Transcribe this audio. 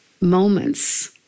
moments